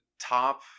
top